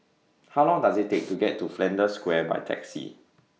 How Long Does IT Take to get to Flanders Square By Taxi